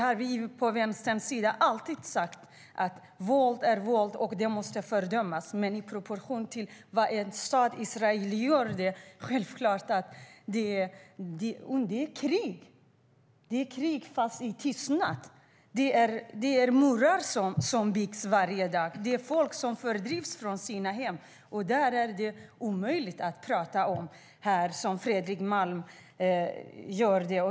Från Vänsterns sida har vi alltid sagt att våld är våld och måste fördömas. Men med tanke på proportionerna när Israel utövar det är det självklart krig, det är krig fast det sker i tysthet. Murar byggs varje dag. Folk fördrivs från sina hem. Då är det omöjligt att tala som Fredrik Malm gör.